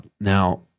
Now